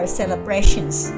celebrations